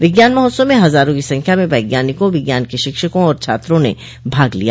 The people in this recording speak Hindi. विज्ञान महोत्सव में हजारों की संख्या में वैज्ञानिकों विज्ञान के शिक्षकों और छात्रों ने भाग लिया